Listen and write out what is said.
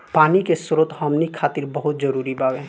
पानी के स्रोत हमनी खातीर बहुत जरूरी बावे